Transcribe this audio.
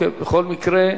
בכל מקרה,